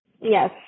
Yes